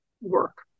work